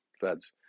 feds